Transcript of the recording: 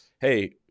Hey